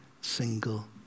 single